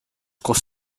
koos